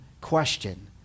question